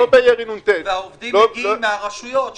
לא בירי נ"ט -- והעובדים מגיעים מהרשויות -- נכון.